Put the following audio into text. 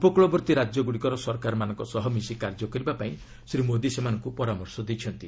ଉପକୃଳବର୍ତ୍ତୀ ରାଜ୍ୟଗୁଡ଼ିକର ସରକାରମାନଙ୍କ ସହ ମିଶି କାର୍ଯ୍ୟ କରିବାପାଇଁ ଶ୍ରୀ ମୋଦି ସେମାନଙ୍କୁ ପରାମର୍ଶ ଦେଇଛନ୍ତି